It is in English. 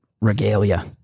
regalia